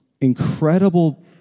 incredible